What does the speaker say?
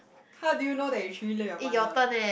how do you know that you truly love your partner